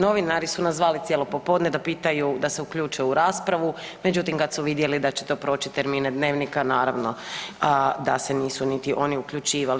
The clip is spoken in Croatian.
Novinari su nas zvali cijelo popodne da pitanju, da se uključe u raspravu međutim kad su vidjeli da će to proći termine dnevnika naravno da se nisu niti oni uključivali.